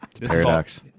paradox